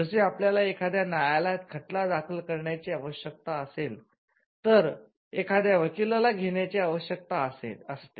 जसे आपल्याला एखाद्या न्यायालयात खटला दाखल करण्याची आवश्यकता असेल तर एखाद्या वकिलाला घेण्याची आवश्यकता असते